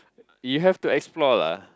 you have to explore lah